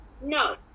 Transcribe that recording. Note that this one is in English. No